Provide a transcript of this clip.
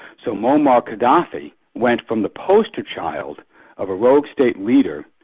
so momar gadaffi went from the poster child of a rogue state leader,